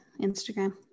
Instagram